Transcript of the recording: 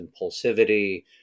impulsivity